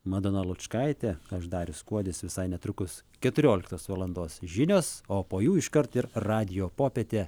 madona lučkaitė aš darius kuodis visai netrukus keturioliktos valandos žinios o po jų iškart ir radijo popietė